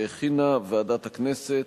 שהכינה ועדת הכנסת,